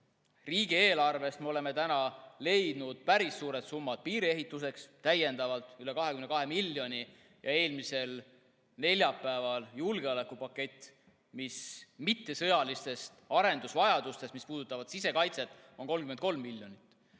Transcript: Riigieelarvest me oleme leidnud päris suured summad piiri ehituseks, täiendavalt üle 22 miljoni, ja eelmisel neljapäeval [vastu võetud] julgeolekupakett mittesõjaliste arendusvajaduste kohta, mis puudutavad sisekaitset, on 33 miljonit.